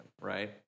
right